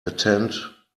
attend